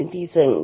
1 वगैरे